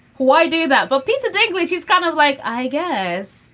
why do that? but peter dinklage is kind of like, i guess.